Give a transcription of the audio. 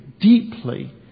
deeply